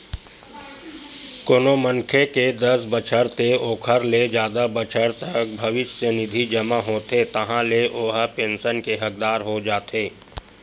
कोनो मनखे के दस बछर ते ओखर ले जादा बछर तक भविस्य निधि जमा होथे ताहाँले ओ ह पेंसन के हकदार हो जाथे